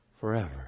forever